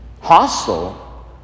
Hostile